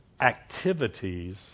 activities